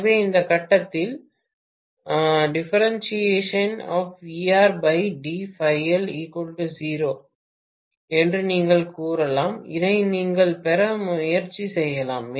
எனவே எந்த கட்டத்தில் say என்று நீங்கள் கூறலாம் இதை நீங்கள் பெற முயற்சி செய்யலாம்